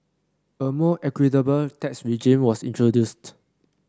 a more equitable tax regime was introduced